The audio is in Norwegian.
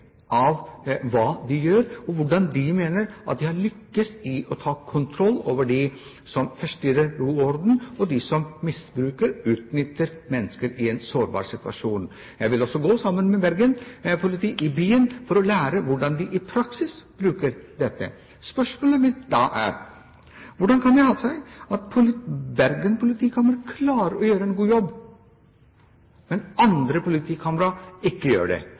hva de gjør, og hvordan de mener at de har lyktes i å ta kontroll over dem som forstyrrer ro og orden, og dem som misbruker og utnytter mennesker i en sårbar situasjon. Jeg vil også gå i byen sammen med Bergen politi for å lære hvordan de i praksis bruker dette. Spørsmålet mitt da er: Hvordan kan det ha seg at Bergen politikammer klarer å gjøre en god jobb, mens andre politikamre ikke gjør det?